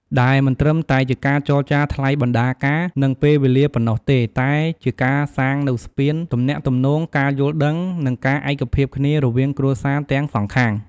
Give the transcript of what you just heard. ដែលមិនត្រឹមតែជាការចរចាថ្លៃបណ្ណាការ និងពេលវេលាប៉ុណ្ណោះទេ តែជាការសាងនូវស្ពានទំនាក់ទំនង ការយល់ដឹង និងការឯកភាពគ្នារវាងគ្រួសារទាំងសងខាង។